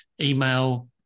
email